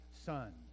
son